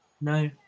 No